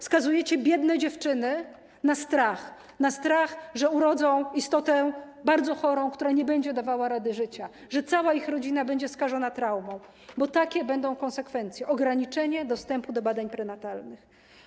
Skazujecie biedne dziewczyny na strach, na strach, że urodzą istotę bardzo chorą, która nie będzie dawała sobie rady w życiu, że cała ich rodzina będzie skażona traumą, bo takie będą konsekwencje ograniczenia dostępu do badań prenatalnych.